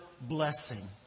blessing